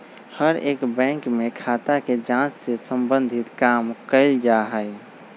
हर एक बैंक में खाता के जांच से सम्बन्धित काम कइल जा हई